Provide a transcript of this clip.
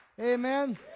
Amen